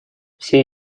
все